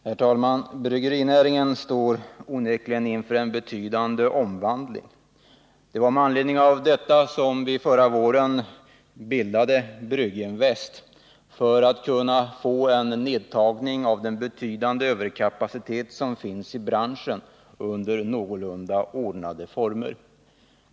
Herr talman! Bryggerinäringen står onekligen inför en betydande omvandling. Det var med anledning av detta vi förra våren bildade Brygginvest, som skulle få till stånd en nedtagning av den betydande överkapacitet som finns i branschen under någorlunda ordnade former.